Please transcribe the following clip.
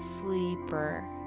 sleeper